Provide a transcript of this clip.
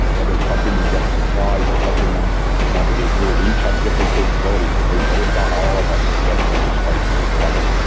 whether it's helping them get supplies or helping them navigate through. we each have different capabilities to bring. but it's on all of us to get through this crisis together.